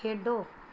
ਖੇਡੋ